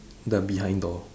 the behind door